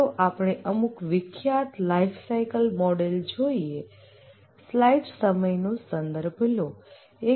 ચાલો આપણે અમુક વિખ્યાત લાઈફસાઈકલ મોડલ જોઈએ